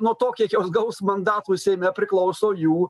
nuo to kiek jos gaus mandatų seime priklauso jų